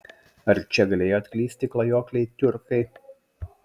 ar čia galėjo atklysti klajokliai tiurkai